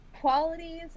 qualities